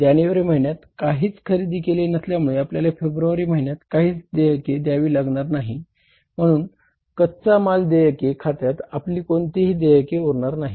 जानेवारी महिन्यात काहीच खरेदी केले नसल्यामुळे आपल्याला फेब्रुवारीच्या महिन्यात काहीच देयके द्यावी लागणार नाही म्हणून कच्चा माल देयके खात्यात आपली कोणतीही देयके उरणार नाहीत